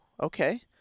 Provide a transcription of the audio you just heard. okay